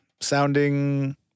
sounding